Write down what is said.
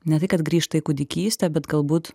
ne tai kad grįžta į kūdikystę bet galbūt